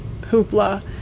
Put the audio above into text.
Hoopla